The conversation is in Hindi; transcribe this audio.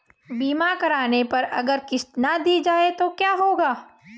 बीमा करने पर अगर किश्त ना दी जाये तो क्या होगा?